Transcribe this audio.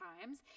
times